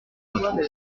retrouve